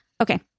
Okay